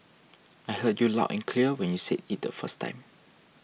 I heard you loud and clear when you said it the first time